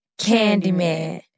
Candyman